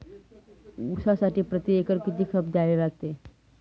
ऊसासाठी प्रतिएकर किती खत द्यावे लागेल?